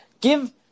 Give